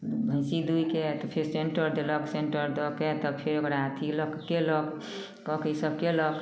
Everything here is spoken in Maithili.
भैंसी दुहि के तऽ फेर सेन्टर देलक सेन्टर दऽ कऽ तब फेर ओकरा अथी लऽ के कयलक कऽ के ईसब केलक